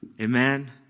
Amen